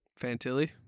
Fantilli